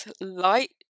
light